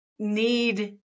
need